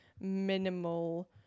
minimal